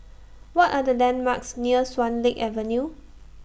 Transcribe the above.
What Are The landmarks near Swan Lake Avenue